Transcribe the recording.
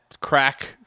crack